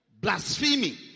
blasphemy